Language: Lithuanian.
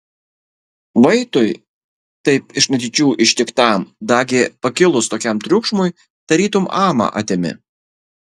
vaitui taip iš netyčių ištiktam dagi pakilus tokiam triukšmui tarytum amą atėmė